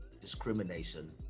discrimination